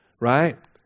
Right